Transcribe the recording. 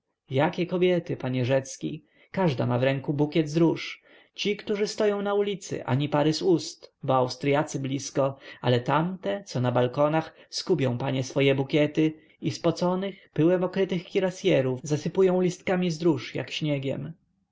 jakie kobiety panie rzecki każda ma w ręku bukiet z róż ci którzy stoją na ulicy ani pary z ust bo austryacy blisko ale tamte co na balkonach skubią panie swoje bukiety i spoconych pyłem okrytych kirasyerów zasypują listkami z róż jak śniegiem